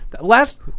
Last